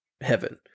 heaven